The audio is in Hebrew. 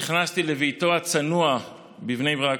נכנסתי לביתו הצנוע בבני ברק.